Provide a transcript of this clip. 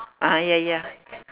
ah ya ya